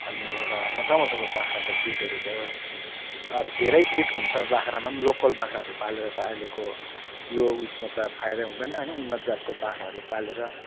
अनि एउटा मजा मजाको बाख्राको ब्रिडहरू भयो अब धेरै ब्रिड हुन्छ बाख्रामा पनि लोकल बाख्राहरू पालेर त आहिलेको यो ऊ यसमा त फाइदा हुँदैन होइन उन्नत जातको बाख्राहरू पालेर